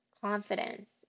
confidence